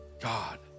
God